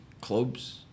clubs